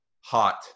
hot